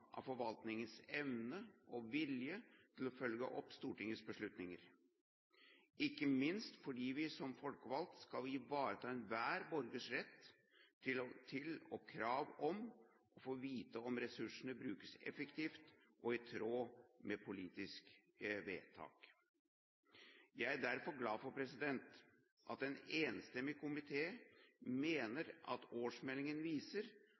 av forvaltningens evne og vilje til å følge opp Stortingets beslutninger, ikke minst fordi vi som folkevalgte skal ivareta enhver borgers rett til og krav om å få vite om ressursene brukes effektivt og i tråd med politiske vedtak. Jeg er derfor glad for at en enstemmig komité mener at årsmeldingen viser